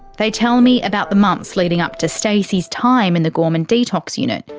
they tell me about the months leading up to stacey's time in the gorman detox unit,